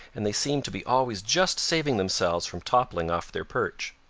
and they seemed to be always just saving themselves from toppling off their perch.